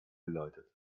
geleitet